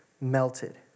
melted